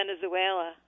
Venezuela